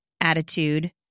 attitude